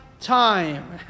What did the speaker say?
time